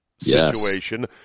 situation